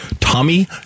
Tommy